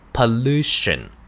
Pollution